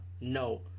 No